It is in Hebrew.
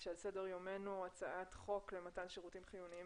אנחנו ממשיכים בהצעת חוק למתן שירותים חיוניים